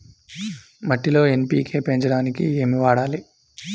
మట్టిలో ఎన్.పీ.కే పెంచడానికి ఏమి వాడాలి?